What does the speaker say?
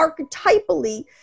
archetypally